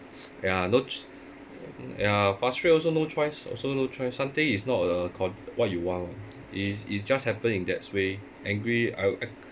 ya no ch~ ya frustrate also no choice also no choice something is not uh con~ what you want lor it's it's just happen in that way angry I